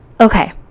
Okay